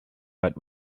but